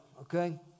okay